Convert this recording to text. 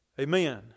Amen